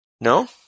No